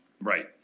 Right